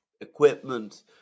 equipment